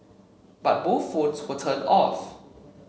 but both phones were turned off